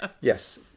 Yes